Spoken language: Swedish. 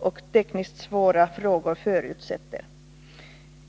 och att förkorta handläggningstiden i utlänningsärenden tekniskt svåra frågor förutsätter.